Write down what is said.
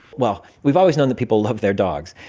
well, we've always known that people love their dogs.